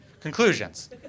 Conclusions